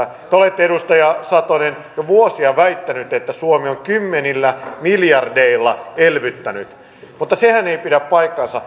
te olette edustaja satonen jo vuosia väittänyt että suomi on kymmenillä miljardeilla elvyttänyt mutta sehän ei pidä paikkaansa